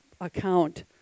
account